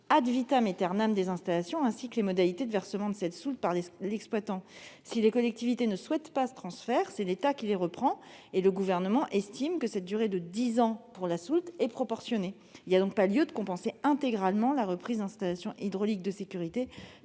fonctionnement des installations, ainsi que les modalités de versement de cette soulte par l'exploitant. Si les collectivités ne souhaitent pas ce transfert, l'État reprendra ces installations. Le Gouvernement estime que la durée de dix ans fixée pour la soulte est proportionnée. Il n'y a donc pas lieu de compenser intégralement la reprise d'installations hydrauliques de sécurité